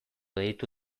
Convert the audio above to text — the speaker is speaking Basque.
deitu